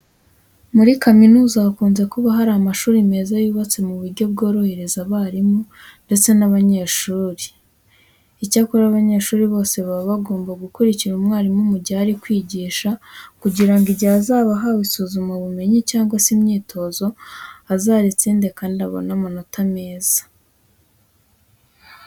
Muri kaminuza hakunze kuba hari amashuri meza yubatse mu buryo bworohereza abarimu ndetse n'abanyeshuri. Icyakora abanyeshuri bose baba bagomba gukurikira umwarimu mu gihe ari kwigisha kugira ngo igihe azaba ahawe isuzumabumenyi cyangwa se imyitozo azaritsinde kandi abone n'amanota meza.